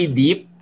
deep